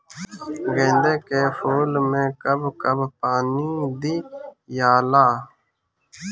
गेंदे के फूल मे कब कब पानी दियाला?